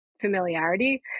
familiarity